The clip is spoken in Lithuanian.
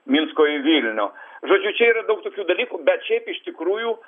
minsko į vilnių žodžiu čia yra daug tokių dalykų bet šiaip iš tikrųjų